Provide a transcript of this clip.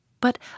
But